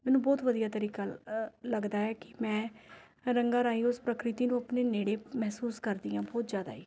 ਮੈਨੂੰ ਬਹੁਤ ਵਧੀਆ ਤਰੀਕਾ ਲੱਗਦਾ ਹੈ ਕਿ ਮੈਂ ਰੰਗਾਂ ਰਾਹੀਂ ਉਸ ਪ੍ਰਕਿਰਤੀ ਨੂੰ ਆਪਣੇ ਨੇੜੇ ਮਹਿਸੂਸ ਕਰਦੀ ਹਾਂ ਬਹੁਤ ਜ਼ਿਆਦਾ ਹੀ